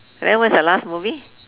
then what is the last movie